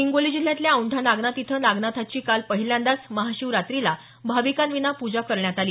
हिंगोली जिल्ह्यातल्या औेंढा नागनाथ इथं नागनाथाची काल पहिल्यांदाच महाशिवरात्रला भाविकांविना पूजा करण्यात आली